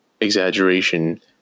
exaggeration